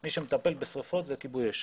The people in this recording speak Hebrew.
מי שמטפל בשריפות זה כיבוי אש.